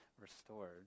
restored